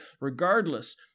Regardless